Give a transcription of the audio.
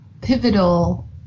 pivotal